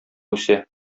үсә